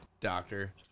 doctor